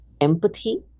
empathy